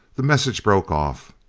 the message broke off.